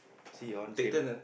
see your one same